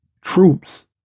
troops